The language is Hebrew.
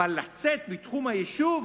אבל לצאת מתחום היישוב,